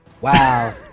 Wow